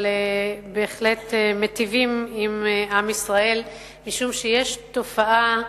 אבל בהחלט מיטיבים עם עם ישראל, משום שיש תופעה,